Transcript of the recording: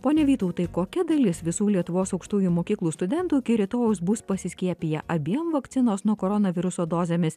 pone vytautai kokia dalis visų lietuvos aukštųjų mokyklų studentų iki rytojaus bus pasiskiepiję abiem vakcinos nuo koronaviruso dozėmis